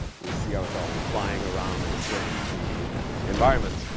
we see ourselves flying around in strange three d environments.